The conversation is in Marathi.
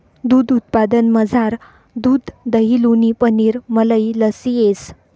दूध उत्पादनमझार दूध दही लोणी पनीर मलई लस्सी येस